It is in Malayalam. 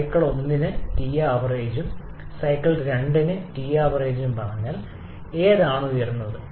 സൈക്കിൾ 1 ന് TAavg ഉം സൈക്കിൾ 2 ന് TAavg ഉം പറഞ്ഞാൽ ഏതാണ് ഉയർന്നത്